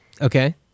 Okay